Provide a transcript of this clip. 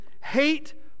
hate